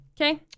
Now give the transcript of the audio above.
Okay